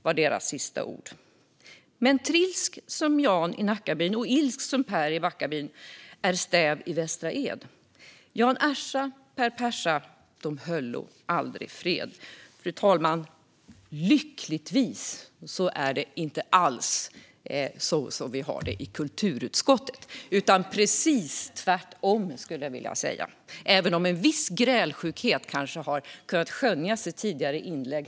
",var deras sista ord. Men "trilsk som Jan i Nackabyn"och "ilsk som Per i Backabyn"är stäv i Västra Ed.Jan Ersa, Per Persa, de höllo aldrig fred. Fru talman! Lyckligtvis är det inte alls så vi har det i kulturutskottet. Jag skulle vilja säga att det är precis tvärtom, även om en viss grälsjukhet kanske har kunnat skönjas i tidigare inlägg.